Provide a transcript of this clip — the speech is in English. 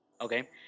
Okay